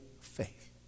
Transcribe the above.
faith